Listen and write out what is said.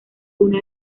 uno